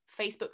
Facebook